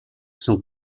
sont